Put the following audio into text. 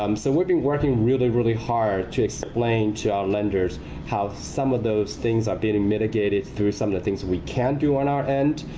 um so we've been working really, really hard to explain to our lenders how some of those things are being mitigated through some of the things that we can't do on our end,